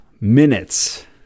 minutes